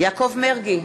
יעקב מרגי,